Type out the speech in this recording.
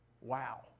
Wow